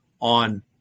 on